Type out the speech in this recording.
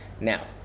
Now